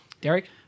Derek